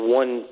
one